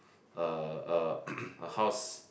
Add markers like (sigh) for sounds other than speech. a a (coughs) a house